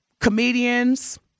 comedians